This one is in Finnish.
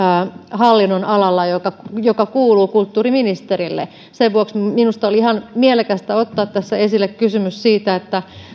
hallinnonalalla joka kuuluu kulttuuriministerille sen vuoksi minusta oli ihan mielekästä ottaa tässä esille kysymys siitä